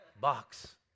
Box